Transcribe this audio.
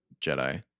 Jedi